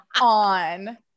on